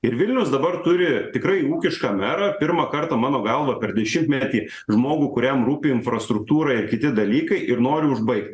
ir vilniaus dabar turi tikrai ūkišką merą pirmą kartą mano galva per dešimtmetį žmogų kuriam rūpi infrastruktūra ir kiti dalykai ir nori užbaigt